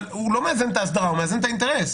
אבל הוא לא מאזן את האסדרה, הוא מאזן את האינטרס.